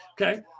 okay